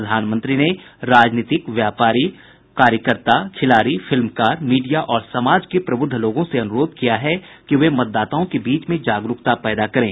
प्रधानमंत्री ने राजनीतिक व्यापारी कार्यकर्ता खिलाड़ी फिल्मकार मीडिया और समाज के प्रबुद्ध लोगों से अनुरोध किया है कि वे मतदाताओं के बीच में जागरूकता पैदा करें